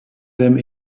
them